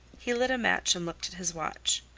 he lit a match and looked at his watch.